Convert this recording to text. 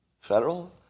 federal